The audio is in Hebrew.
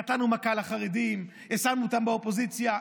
נתנו מכה לחרדים, שמנו אותם באופוזיציה.